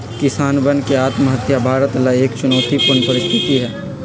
किसानवन के आत्महत्या भारत ला एक चुनौतीपूर्ण परिस्थिति हई